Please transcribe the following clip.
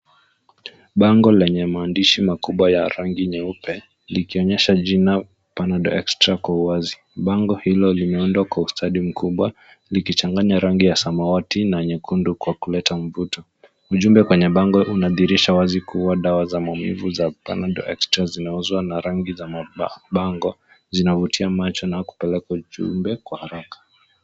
Bango lenye maandishi makubwa ya rangi nyeupe likionyesha jina panadol extra kwa uwazi. Bango hilo limeundwa kwa ustadi mkubwa likichanganya rangi ya samawati na nyekundu kwa kuleta mvuto. Ujumbe kwenye bango unadhihirisha wazi kuwa dawa za maumivu za panadol extra zinauzwa na rangi za mabango zinavutia macho na kupeleka ujumbe kwa haraka.